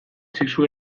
sexu